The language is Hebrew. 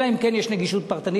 אלא אם כן יש נגישות פרטנית,